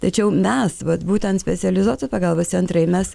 tačiau mes vat būtent specializuoti pagalbos centrai mes